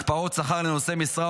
הקפאת שכר לנושאי משרה,